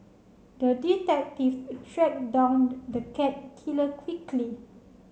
the detective track down the cat killer quickly